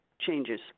changes